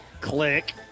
Click